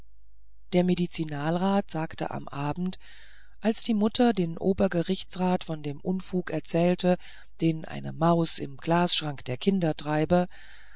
der medizinalrat sagte am abend als die mutter dem obergerichtsrat von dem unfug erzählte den eine maus im glasschrank der kinder treibe